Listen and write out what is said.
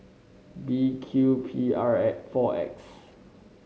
B Q P R four X